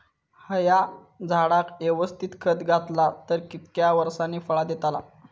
हया झाडाक यवस्तित खत घातला तर कितक्या वरसांनी फळा दीताला?